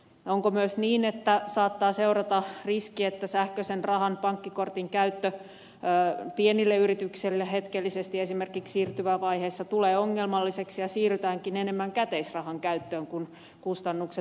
onko myös niin että saattaa seurata riski että sähköisen rahan pankkikortin käyttö pienille yrityksille hetkellisesti esimerkiksi siirtymävaiheessa tulee ongelmalliseksi ja siirrytäänkin enemmän käteisrahan käyttöön kun kustannukset kasvavat